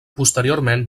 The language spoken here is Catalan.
posteriorment